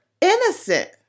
innocent